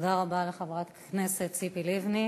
תודה רבה לחברת הכנסת ציפי לבני.